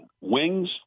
Wings